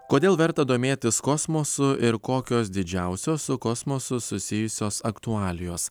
kodėl verta domėtis kosmosu ir kokios didžiausios su kosmosu susijusios aktualijos